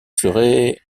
serait